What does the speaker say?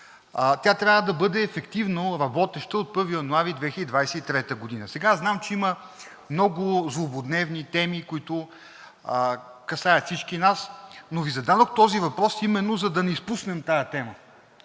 тя трябва да бъде ефективно работеща от 1 януари 2023 г. Аз знам, че има много злободневни теми, които касаят всички нас, но Ви зададох този въпрос именно за да не изпуснем тази тема.